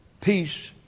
Peace